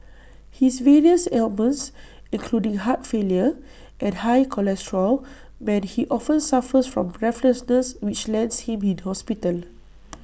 his various ailments including heart failure and high cholesterol mean he often suffers from breathlessness which lands him in hospital